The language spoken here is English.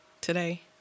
today